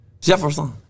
Jefferson